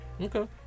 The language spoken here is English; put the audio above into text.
Okay